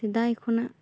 ᱥᱮᱫᱟᱭ ᱠᱷᱚᱱᱟᱜ